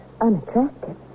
unattractive